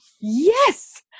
Yes